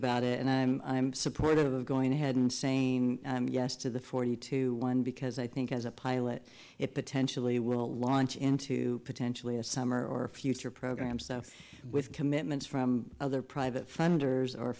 about it and i'm supportive of going ahead and saying yes to the forty to one because i think as a pilot it potentially will launch into potentially a summer or a future program so with commitments from other private funders or